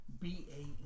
B-A-E